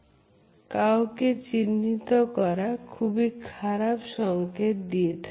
মধ্য দিয়ে কাউকে চিহ্নিত করা খুবই খারাপ সংকেত দিয়ে থাকে